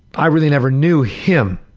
i really never knew him.